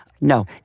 No